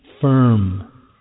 firm